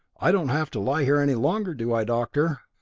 i don't have to lie here any longer, do i, doctor?